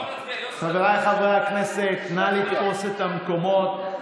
חבריי חברי הכנסת, נא לתפוס את המקומות.